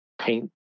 paint